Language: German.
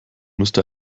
müsste